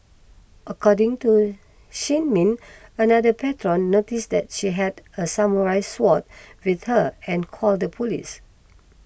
according to Shin Min another patron noticed that she had a samurai sword with her and called the police